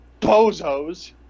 bozos